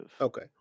Okay